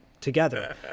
together